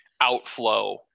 outflow